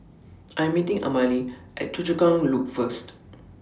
I'm meeting Amalie At Choa Chu Kang Loop First